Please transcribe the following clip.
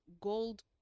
gold